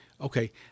Okay